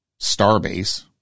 Starbase